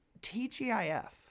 TGIF